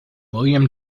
william